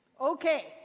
Okay